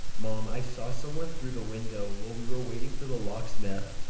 mom, i saw someone through the window while we were waiting for the lock smith.